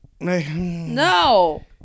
No